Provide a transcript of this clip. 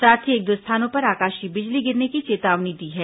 साथ ही एक दो स्थानों पर आकाशीय बिजली गिरने की चेतावनी दी है